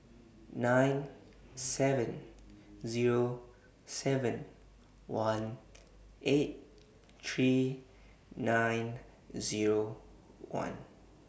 nine seven Zero seven one eight three nine Zero one